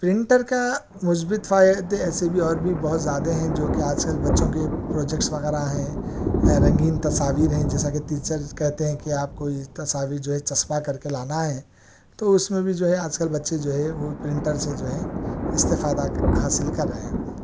printer کا مثبت فائدے ایسے بھی اور بھی بہت زیادہ ہیں جو کہ آج کل بچوں کے پروجیکٹس وغیرہ ہیں رنگین تصاویر ہیں جیسا کہ ٹیچر کہتے ہیں کہ آپ کو یہ تصاویر جو ہے چسپاں کر کے لانا ہے تو اس میں بھی جو ہے آج کل بچے جو ہے وہ پرنٹر سے جو ہے استفادہ حاصل کر رہے ہیں